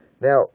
Now